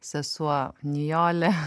sesuo nijolė